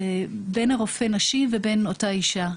אבל אנחנו רוצים שיהיה קשר אישי בין רופא הנשים לבין אותה אישה.